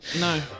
No